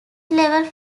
level